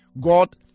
God